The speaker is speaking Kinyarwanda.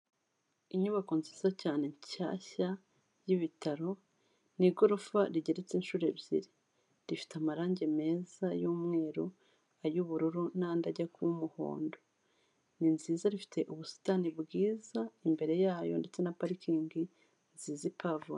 Inyubako nziza cyane nshyashya y'ibitaro, ni igorofa rigeretse inshuro ebyiri, rifite amarangi meza y'umweru, ay'ubururu n'andi ajya kuba umuhondo, ni nziza rifite ubusitani bwiza imbere yayo, ndetse na parikingi nzizi ipavomye.